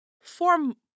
form